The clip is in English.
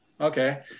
okay